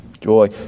joy